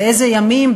באיזה ימים,